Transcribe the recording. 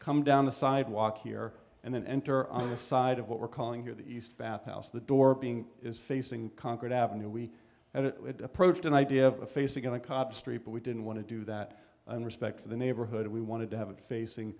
come down the sidewalk here and then enter on the side of what we're calling here the east bath house the door being is facing concrete avenue we and it approached an idea of a facing a cop street but we didn't want to do that and respect for the neighborhood we wanted to have it facing